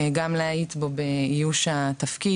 גם להאיץ בו באיוש התפקיד,